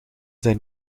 zijn